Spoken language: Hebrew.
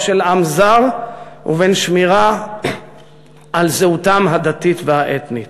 של עם זר ובין שמירה על זהותם הדתית והאתנית.